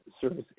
Service